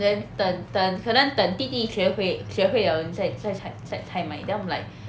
then 等等可能等弟弟学会学会 liao 再再才再才买 then I'm like